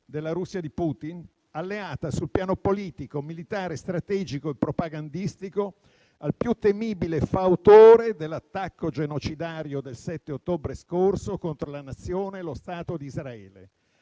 della Russia di Putin, alleata sul piano politico militare, strategico e propagandistico al più temibile fautore dell'attacco genocidario del 7 ottobre scorso contro lo Stato di Israele: